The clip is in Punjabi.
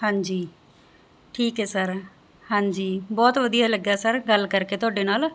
ਹਾਂਜੀ ਠੀਕ ਹ ਸਰ ਹਾਂਜੀ ਬਹੁਤ ਵਧੀਆ ਲੱਗਾ ਸਰ ਗੱਲ ਕਰਕੇ ਤੁਹਾਡੇ ਨਾਲ